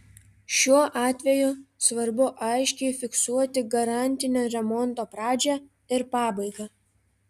šiuo atveju svarbu aiškiai fiksuoti garantinio remonto pradžią ir pabaigą